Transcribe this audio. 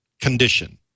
condition